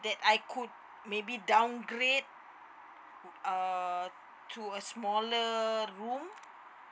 that I could maybe downgrade uh to a smaller room